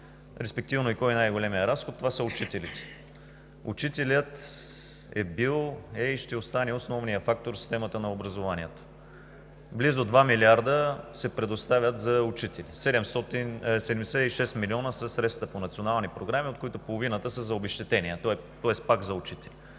респективно кой е най големият разход? Това са учителите. Учителят е бил, е и ще остане основният фактор в системата на образованието. Близо 2 милиарда се предоставят за учители – 76 милиона са средствата по национални програми, от които половината са за обезщетения, тоест пак за учители.